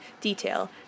detail